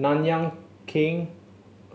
Nanyang Khek